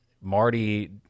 Marty